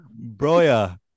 Broya